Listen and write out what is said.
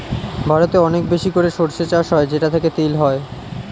ভারতে অনেক বেশি করে সরষে চাষ হয় যেটা থেকে তেল হয়